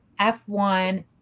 F1